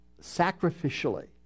sacrificially